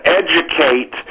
educate